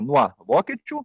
nuo vokiečių